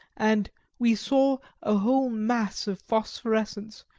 and we saw a whole mass of phosphorescence,